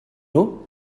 nhw